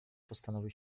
postanowił